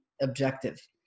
objective